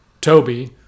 Toby